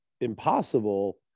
impossible